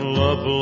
love